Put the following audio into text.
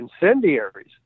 incendiaries